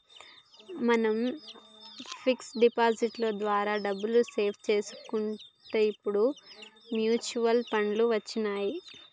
మనం fix deposit లో ద్వారా డబ్బుని సేవ్ చేసుకునేటందుకు ఇప్పుడు మ్యూచువల్ ఫండ్లు వచ్చినియ్యి